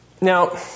Now